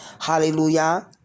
Hallelujah